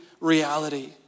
reality